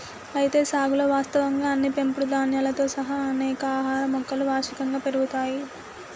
అయితే సాగులో వాస్తవంగా అన్ని పెంపుడు ధాన్యాలతో సహా అనేక ఆహార మొక్కలు వార్షికంగా పెరుగుతాయి